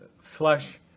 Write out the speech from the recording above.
flesh